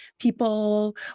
people